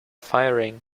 firing